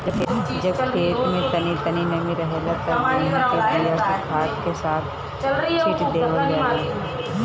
जब खेत में तनी तनी नमी रहेला त गेहू के बिया के खाद के साथ छिट देवल जाला